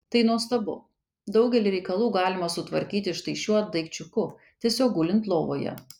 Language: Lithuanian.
tai nuostabu daugelį reikalų galima sutvarkyti štai šiuo daikčiuku tiesiog gulint lovoje